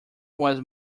was